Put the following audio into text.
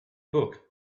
book